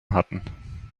hatten